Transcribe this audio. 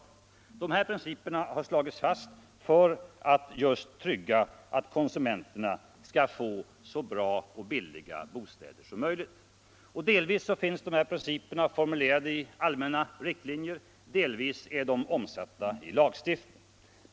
De här principerna har slagits fast just för att trygga att konsumenterna skall få så bra och billiga bostäder som möjligt. Delvis finns de formulerade i allmänna riktlinjer, delvis är de omsatta i lagstiftning.